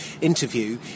interview